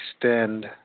extend